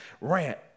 rant